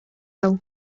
diogu